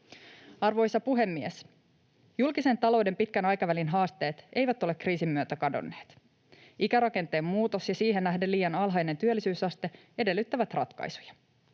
Arvoisa puhemies! Julkisen talouden pitkän aikavälin haasteet eivät ole kriisin myötä kadonneet. Ikärakenteen muutos ja siihen nähden liian alhainen työllisyysaste edellyttävät ratkaisuja.